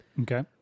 Okay